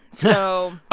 so.